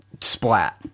splat